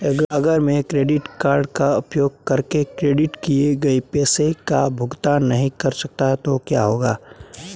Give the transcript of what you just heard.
अगर मैं credit card का उपयोग करके क्रेडिट किए गए पैसे का भुगतान नहीं कर सकता तो क्या होगा?